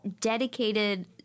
dedicated